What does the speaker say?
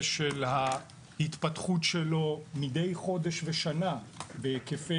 ושל ההתפתחות שלו מדי חודש ושנה בהיקפי